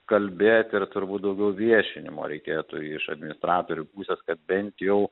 kalbėt ir turbūt daugiau viešinimo reikėtų iš administratorių pusės kad bent jau